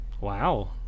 Wow